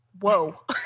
whoa